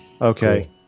Okay